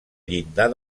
llindar